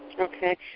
okay